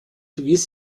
bewies